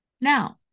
Now